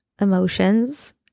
emotions